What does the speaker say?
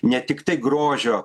ne tiktai grožio